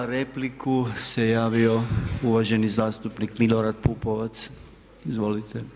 Za repliku se javio uvaženi zastupnik Milorad Pupovac, izvolite.